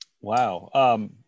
Wow